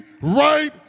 right